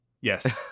Yes